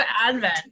Advent